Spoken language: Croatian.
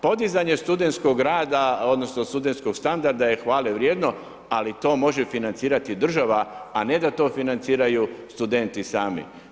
Podizanje studentskog rada, odnosno, studentskog standarda, je hvalevrijedno, ali to može financirati država a ne da to financiraju studenti sami.